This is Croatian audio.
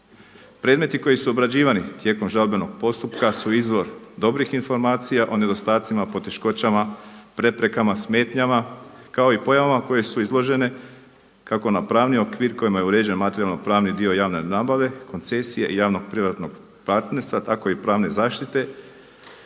Predmeti koji su obrađivani tijekom žalbenog postupka su izvor dobrih informacija o nedostacima, poteškoćama, preprekama, smetnjama kao i pojavama koje su izložene kako na pravni okvir kojima je uređen materijalno-pravni dio javne nabave, koncesije i javnog-privatnog partnerstva tako i pravne zaštite